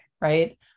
right